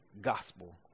gospel